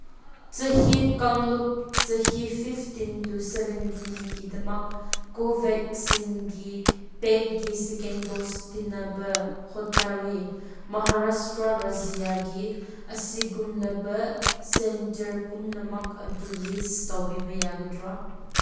ꯆꯍꯤ ꯀꯥꯡꯂꯨꯞ ꯆꯍꯤ ꯐꯤꯐꯇꯤꯟ ꯇꯨ ꯁꯕꯦꯟꯇꯤꯟꯀꯤꯗꯃꯛ ꯀꯣꯕꯦꯁꯤꯟꯒꯤ ꯄꯦꯠꯒꯤ ꯁꯦꯀꯦꯟ ꯗꯣꯁ ꯊꯤꯅꯕ ꯍꯣꯠꯅꯔꯤ ꯃꯍꯥꯔꯥꯁꯇ꯭ꯔꯥ ꯔꯥꯖ꯭ꯌꯒꯤ ꯑꯁꯤꯒꯨꯝꯂꯕ ꯁꯦꯟꯇꯔ ꯄꯨꯝꯅꯃꯛ ꯑꯗꯨ ꯂꯤꯁ ꯇꯧꯕꯤꯕ ꯌꯥꯒꯗ꯭ꯔꯥ